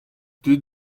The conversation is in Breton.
tud